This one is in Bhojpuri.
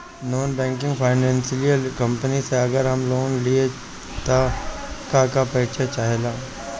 नॉन बैंकिंग फाइनेंशियल कम्पनी से अगर हम लोन लि त का का परिचय चाहे ला?